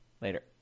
Later